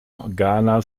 ghana